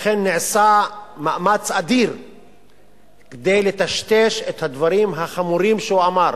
לכן נעשה מאמץ אדיר לטשטש את הדברים החמורים שהוא אמר.